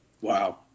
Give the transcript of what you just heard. Wow